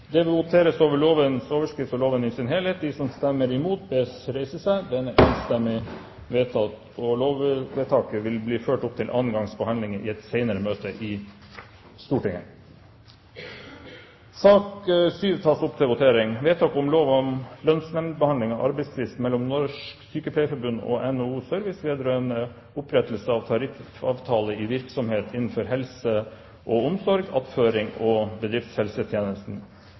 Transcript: Det voteres over lovens overskrift og loven i sin helhet. Lovvedtaket vil bli ført opp til andre gangs behandling i et senere møte i Stortinget. I sak